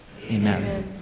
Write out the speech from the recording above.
Amen